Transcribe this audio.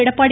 Edappadi